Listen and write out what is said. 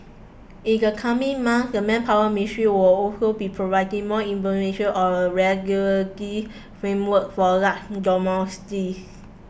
in the coming months the Manpower Ministry will also be providing more information on a regulatory framework for large dormitories